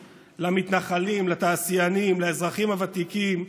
למתנחלים, לתעשיינים, לאזרחים הוותיקים,